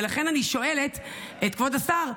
ולכן אני שואלת את כבוד השר,